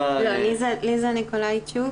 ליזה ניקולאיצ'וק,